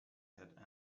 had